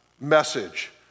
message